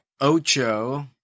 Ocho